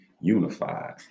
unified